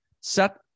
set